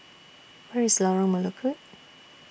Where IS Lorong Melukut